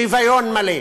שוויון מלא.